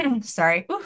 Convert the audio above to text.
Sorry